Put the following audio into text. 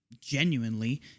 genuinely